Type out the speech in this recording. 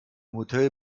hotel